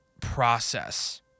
process